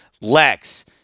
Lex